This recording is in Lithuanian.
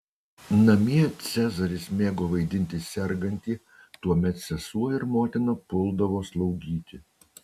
namie cezaris mėgo vaidinti sergantį tuomet sesuo ir motina puldavo slaugyti